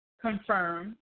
confirm